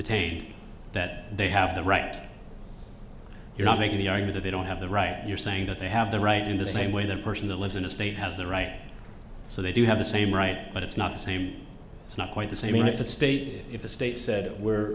detained that they have the right you're not making the argue that they don't have the right you're saying that they have the right in the same way that a person that lives in a state has the right so they do have the same right but it's not the same it's not quite the same if a state if the state said we're